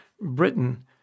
Britain